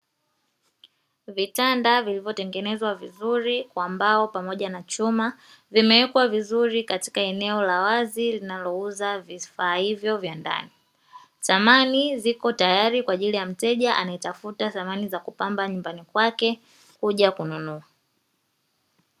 Vitanda vilivyotengenezwa vizuri kwa mbao pamoja na chuma vimewekwa vizuri katika eneo la wazi linalouza vifaa hivyo vya ndani, thamani ziko tayari kwaajili ya mteja anayetafuta thamani za kupamba nyumbani kwake kuja kununua.